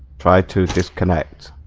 tried to disconnects